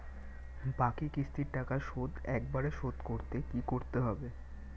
বাকি কিস্তির টাকা শোধ একবারে শোধ করতে কি করতে হবে?